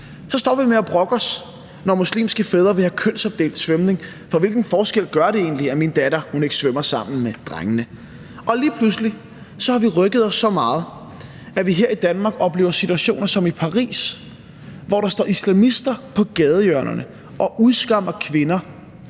Så stopper vi med at brokke os, når muslimske fædre vil have kønsopdelt svømning, for hvilken forskel gør det egentlig, at min datter ikke svømmer sammen med drengene? Og lige pludselig har vi rykket os så meget, at vi i Danmark oplever situationer som i Paris, hvor der står islamister på gadehjørner og udskammer kvinder,